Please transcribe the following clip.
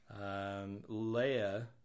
Leia